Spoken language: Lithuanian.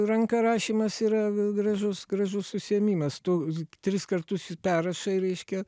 ranka rašymas yra gražus gražus užsiėmimas tu tris kartus perrašai reiškia